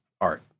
art